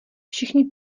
všichni